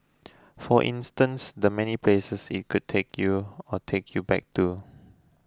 for instance the many places it could take you or take you back to